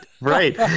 right